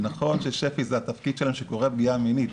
נכון שזה התפקיד של שפ"י כשקורית פגיעה מינית,